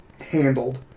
handled